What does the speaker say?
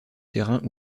terrain